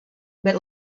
but